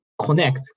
connect